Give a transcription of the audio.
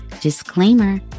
disclaimer